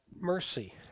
mercy